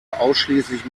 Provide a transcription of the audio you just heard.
ausschließlich